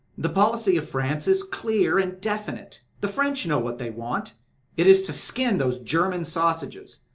the policy of france is clear and definite the french know what they want it is to skin those german sausages,